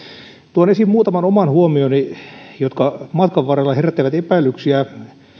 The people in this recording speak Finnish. tuon esiin muutaman oman huomioni jotka matkan varrella herättävät epäilyksiä